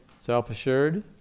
Self-assured